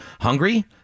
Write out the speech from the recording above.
Hungry